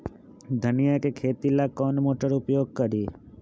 धनिया के खेती ला कौन मोटर उपयोग करी?